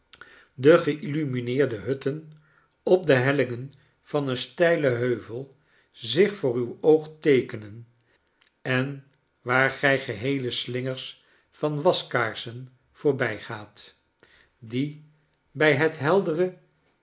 de geillumineerde hutten op de helling van een steilen heuvel zich voor uw oog teekenen en waar gij geheele slingers van waskaarsen voorbijgaat die by het heldere